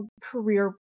career